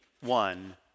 one